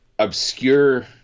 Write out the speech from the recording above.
Obscure